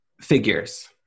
figures